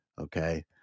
okay